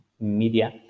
media